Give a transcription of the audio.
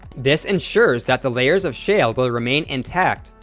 this ensures that the layers of shale will remain intact,